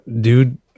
dude